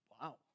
wow